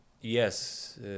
yes